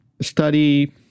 study